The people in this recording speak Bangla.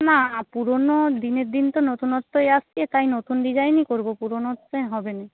না পুরনো দিনের দিন তো নতুনত্বই আসছে তাই নতুন ডিজাইনই করব পুরনো হবে না